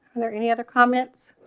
and there any other comments